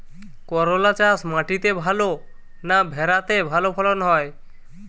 করলা চাষ মাটিতে ভালো না ভেরাতে ভালো ফলন হয়?